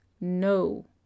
No